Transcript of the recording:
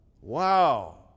wow